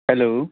hello